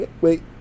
wait